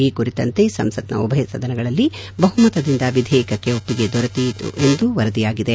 ಈ ಕುರಿತಂತೆ ಸಂಸತ್ನ ಉಭಯ ಸದನಗಳಲ್ಲಿ ಬಹುಮತದಿಂದ ವಿಧೇಯಕಕ್ಕೆ ಒಪ್ಪಿಗೆ ದೊರೆಯಿತು ಎಂದು ವರದಿಯಾಗಿದೆ